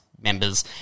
members